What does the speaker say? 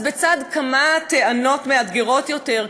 אז בצד כמה טענות מאתגרות יותר,